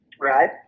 Right